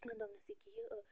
دوٚپنس یہِ کہِ یہِ